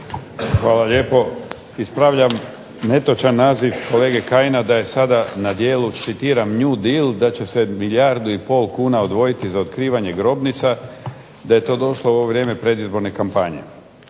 Hvala lijepo. Ispravljam netočan naziv kolege Kajina da je sada na djelu, citiram "new deal", da će se milijardu i pol kuna odvojiti za otkrivanje grobnica, da je to došlo u ovo vrijeme predizborne kampanje.